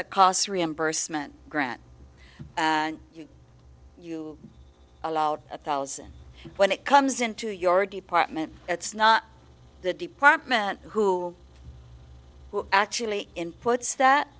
a cost reimbursement grant and you allowed a thousand when it comes into your department it's not the department who actually inputs that